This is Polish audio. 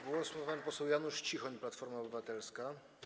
Głos ma pan poseł Janusz Cichoń, Platforma Obywatelska.